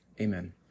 Amen